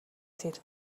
тэр